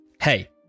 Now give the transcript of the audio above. Hey